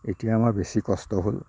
এতিয়া আমাৰ বেছি কষ্ট হ'ল